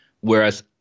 Whereas